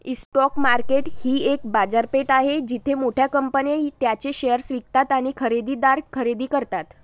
stock market ही एक बाजारपेठ आहे जिथे मोठ्या कंपन्या त्यांचे शेअर्स विकतात आणि खरेदीदार खरेदी करतात